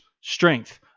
Strength